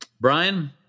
Brian